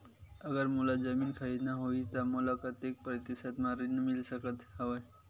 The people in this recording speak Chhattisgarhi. अगर मोला जमीन खरीदना होही त मोला कतेक प्रतिशत म ऋण मिल सकत हवय?